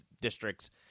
districts